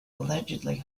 allegedly